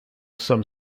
some